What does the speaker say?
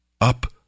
Up